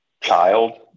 child